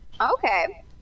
Okay